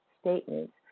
statements